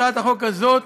הצעת החוק הזאת,